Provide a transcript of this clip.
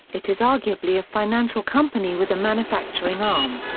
it is arguably a financial company with a manufacturing arm.